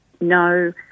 no